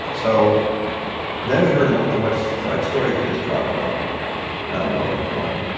and so then we heard about the west side story kids dropping out yeah and i'm going, oh,